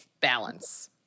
balance